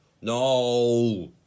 no